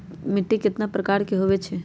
मिट्टी कतना प्रकार के होवैछे?